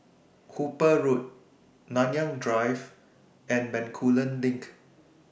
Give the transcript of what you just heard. Hooper Road Nanyang Drive and Bencoolen LINK